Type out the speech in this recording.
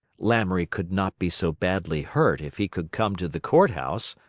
lamoury could not be so badly hurt if he could come to the court house!